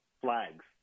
flags